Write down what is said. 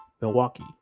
Milwaukee